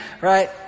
right